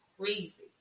crazy